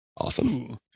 Awesome